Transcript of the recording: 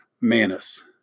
Manus